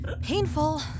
Painful